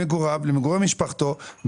למגוריו ולמגורי משפחתו,